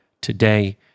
today